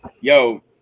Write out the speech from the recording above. Yo